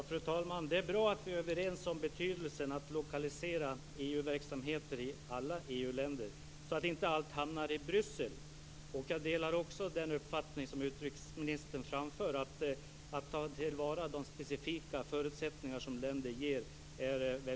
Fru talman! Det är bra att vi är överens om betydelsen av att lokalisera EU-verksamheter i alla EU länder så att inte allt hamnar i Bryssel. Jag delar också uppfattningen som utrikesministern framför att det är väldigt viktigt att ta till vara de specifika förutsättningar som länder ger.